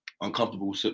uncomfortable